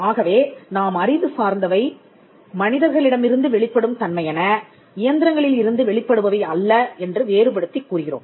ஆகவே நாம் அறிவு சார்ந்தவை மனிதர்களிடமிருந்து வெளிப்படும் தன்மையன இயந்திரங்களில் இருந்து வெளிப்படுபவை அல்ல என்று வேறுபடுத்திக் கூறுகிறோம்